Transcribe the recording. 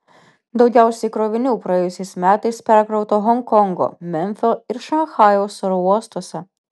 daugiausiai krovinių praėjusiais metais perkrauta honkongo memfio ir šanchajaus oro uostuose